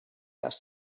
asked